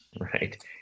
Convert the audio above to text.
Right